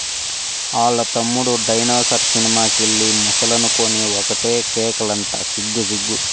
ఆల్ల తమ్ముడు dinosaur cinema కెళ్ళి ముసలనుకొని ఒకటే కేకలంట సిగ్గు సిగ్గు